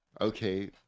okay